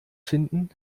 finden